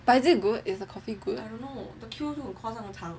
but is it good is the coffee good